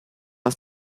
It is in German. ist